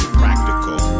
practical